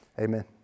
Amen